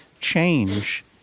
change